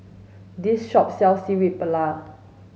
this shop sells Paella